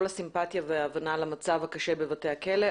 הסימפטיה וההבנה למצב הקשה בבתי הכלא,